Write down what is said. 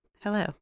Hello